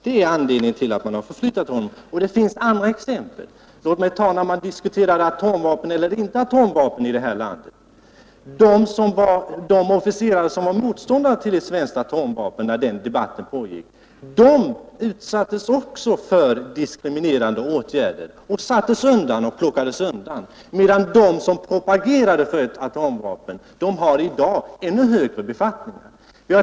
Det finns andra exempel. Låt mig här ta det fallet då vi diskuterade atomvapen eller inte atomvapen i det här landet. De officerare som när den debatten pågick var motståndare till ett svenskt atomvapen utsattes också för diskriminerande åtgärder och plockades undan, medan de som propagerade för ett svenskt atomvapen har ännu högre befattningar i dag.